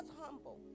humble